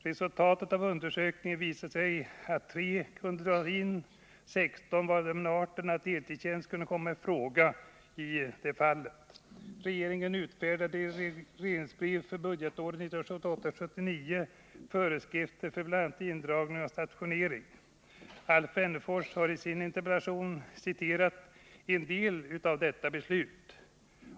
Resultatet av undersökningen visade att 3 kunde dras in och att 16 var av den arten att deltidstjänst kunde komma i fråga. Regeringen utfärdade i regleringsbrev för budgetåret 1978/79 föreskrifter för bl.a. indragning av stationering. Alf Wennerfors har i sin interpellation citerat en del av detta beslut.